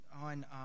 on